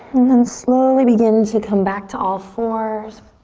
and then slowly begin to come back to all fours.